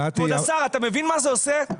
כבוד השר, אתה מבין מה זה עושה?